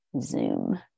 Zoom